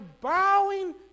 bowing